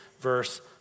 verse